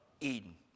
Eden